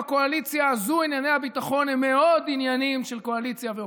בקואליציה הזו ענייני הביטחון הם מאוד עניינים של קואליציה ואופוזיציה,